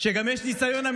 אתם.